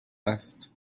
است